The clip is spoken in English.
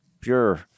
pure